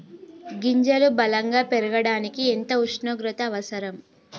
గింజలు బలం గా పెరగడానికి ఎంత ఉష్ణోగ్రత అవసరం?